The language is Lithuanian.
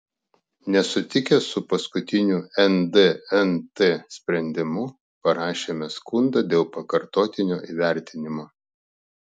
nesutikę su paskutiniu ndnt sprendimu parašėme skundą dėl pakartotinio įvertinimo